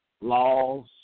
Laws